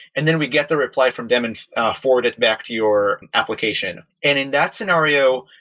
and then we get the reply from them and forward it back to your application. and in that scenario,